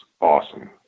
awesome